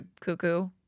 cuckoo